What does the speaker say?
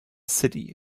city